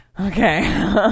Okay